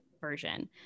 version